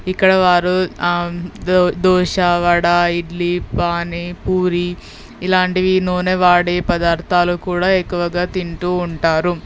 ఇక్కడ వారు దోస వడ ఇడ్లీ పానీపూరీ ఇలాంటివి నూనె వాడే పదార్థాలు కూడా ఎక్కువగా తింటూ ఉంటారు